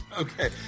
Okay